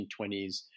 1920s